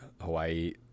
Hawaii